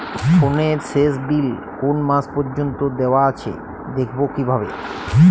ফোনের শেষ বিল কোন মাস পর্যন্ত দেওয়া আছে দেখবো কিভাবে?